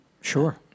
Sure